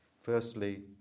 Firstly